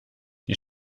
die